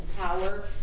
power